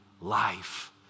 life